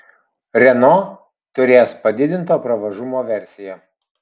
renault turės padidinto pravažumo versiją